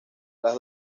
las